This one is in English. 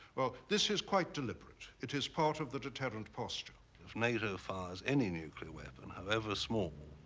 well, this is quite deliberate. it is part of the deterrent posture. if nato fires any nuclear weapon, however small,